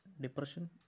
Depression